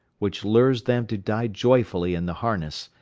which lures them to die joyfully in the harness,